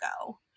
go